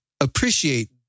appreciate